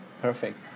Perfect